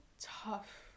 tough